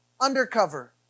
undercover